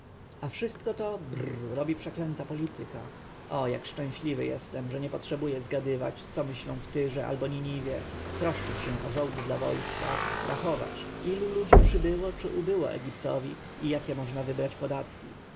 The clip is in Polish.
a wszystko to brr robi przeklęta polityka o jak szczęśliwy jestem że nie potrzebuję zgadywać co myślą w tyrze albo niniwie troszczyć się o żołd dla wojska rachować ilu ludzi przybyło czy ubyło egiptowi i jakie można wybrać podatki